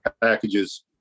packages